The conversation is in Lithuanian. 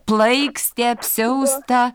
plaikstė apsiaustą